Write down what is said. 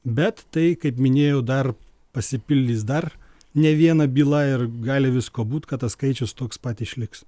bet tai kaip minėjau dar pasipildys dar ne viena byla ir gali visko būt kad tas skaičius toks pat išliks